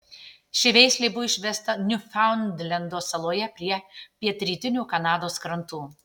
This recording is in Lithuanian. ši veislė buvo išvesta niufaundlendo saloje prie pietrytinių kanados krantų